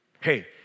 Hey